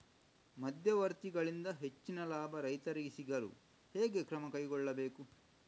ಮಧ್ಯವರ್ತಿಗಳಿಂದ ಹೆಚ್ಚಿನ ಲಾಭ ರೈತರಿಗೆ ಸಿಗಲು ಹೇಗೆ ಕ್ರಮ ಕೈಗೊಳ್ಳಬೇಕು?